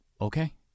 Okay